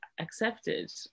accepted